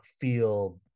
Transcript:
feel